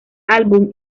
álbum